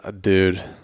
dude